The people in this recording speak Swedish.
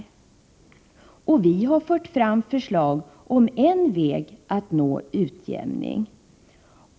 Vi har fört fram förslag om en väg att nå en utjämning.